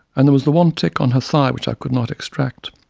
and there was the one tick on her thigh which i could not extract.